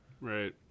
Right